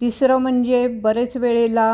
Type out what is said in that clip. तिसरं म्हणजे बरेच वेळेला